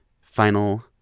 final